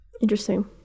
Interesting